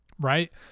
right